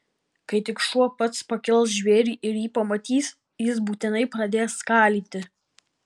kai tik šuo pats pakels žvėrį ir jį pamatys jis būtinai pradės skalyti